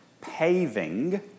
paving